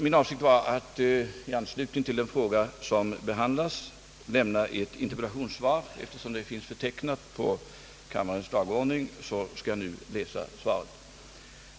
Min avsikt var att i anslutning till den fråga som behandlas lämna ett interpellationssvar. Eftersom det finns förtecknat på kammarens dagordning, skall jag nu läsa upp svaret.